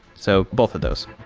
so, both of those.